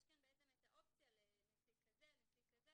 יש כאן את האופציה לנציג כזה ולנציג כזה